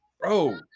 Bro